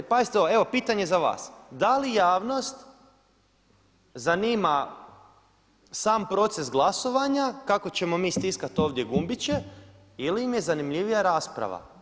Jer pazite ovo, evo pitanje za vas, da li javnost zanima sam proces glasovanja, kako ćemo mi stiskati ovdje gumbiće ili im je zanimljivija rasprava?